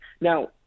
Now